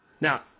Now